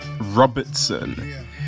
Robertson